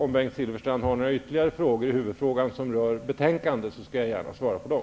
Om Bengt Silfverstrand har några ytterligare frågor som rör betänkandet, skall jag gärna svara på dem.